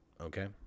okay